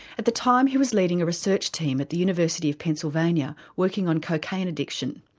at the time he was leading a research team at the university of pennsylvania working on cocaine addiction.